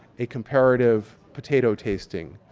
a comparative potato tasting.